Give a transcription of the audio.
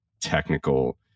technical